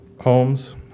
homes